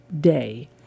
day